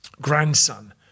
grandson